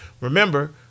Remember